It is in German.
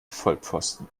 vollpfosten